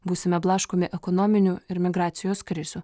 būsime blaškomi ekonominių ir migracijos krizių